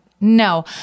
no